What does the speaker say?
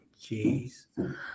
jeez